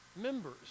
members